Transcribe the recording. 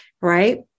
right